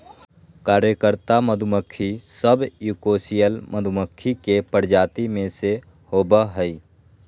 कार्यकर्ता मधुमक्खी सब यूकोसियल मधुमक्खी के प्रजाति में से होबा हइ